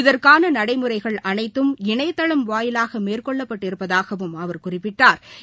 இதற்கான நடைமுறைகள் அனைத்தும் இணையதளம் வாயிவாக மேற்கொள்ளப் பட்டிருப்பதாகவும் அவர் குறிப்பிட்டா்